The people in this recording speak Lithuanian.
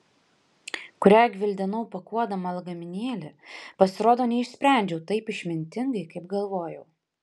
kurią gvildenau pakuodama lagaminėlį pasirodo neišsprendžiau taip išmintingai kaip galvojau